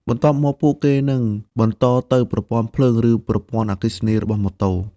បន្ទាប់មកពួកគេនឹងបន្តទៅប្រព័ន្ធភ្លើងឬប្រព័ន្ធអគ្គិសនីរបស់ម៉ូតូ។